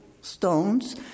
stones